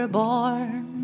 born